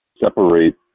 separate